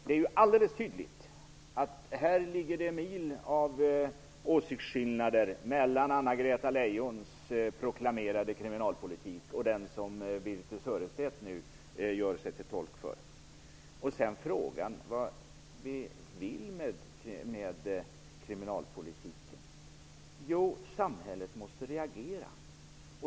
Det är alldeles tydligt att det ligger mil av åsiktsskillnader mellan Anna-Greta Leijons proklamerade kriminalpolitik och den som Birthe Sörestedt nu gör sig till tolk för. Birthe Sörestedt frågade: Vad vill vi åstadkomma med kriminalpolitiken? Jo, samhället måste reagera.